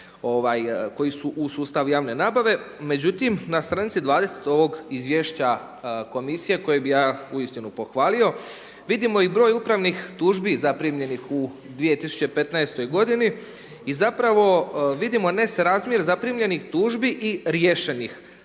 koji su u sustavu javne nabave. Međutim na stranici 20 ovog izvješća komisije kojeg bi ja uistinu pohvalio vidimo i broj upravnih tužbi zaprimljenih u 2015. godini i zapravo vidimo nesrazmjer zaprimljenih tužbi i riješenih